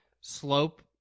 slope